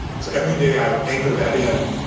so every day, i anchor that in,